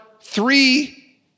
three